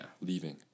leaving